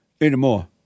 anymore